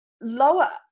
lower